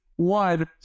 One